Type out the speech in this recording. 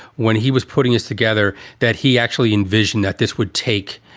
when he was putting us together, that he actually envisioned that this would take